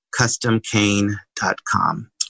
customcane.com